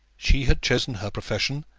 she had chosen her profession,